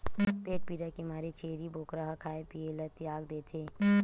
पेट पीरा के मारे छेरी बोकरा ह खाए पिए ल तियाग देथे